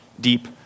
deep